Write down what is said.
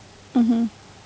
mmhmm